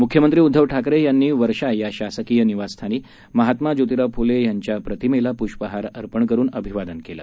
मुख्यमंत्री उद्दव ठाकरे यांनी वर्षा या शासकीय निवासस्थानी महात्मा जोतिराव फुले यांच्या प्रतिमेला पुष्पहार अर्पण करून अभिवादन केलं